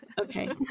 okay